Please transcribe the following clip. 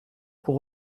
pour